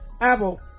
Apple